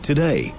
Today